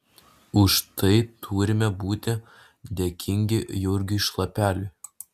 už tai turime būti dėkingi jurgiui šlapeliui